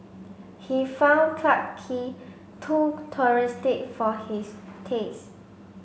he found Clarke Quay too touristic for his taste